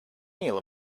neal